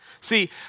See